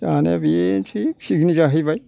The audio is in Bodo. जानाया बेनोसै पिकनि जाहैबाय